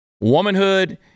womanhood